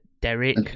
Derek